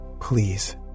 please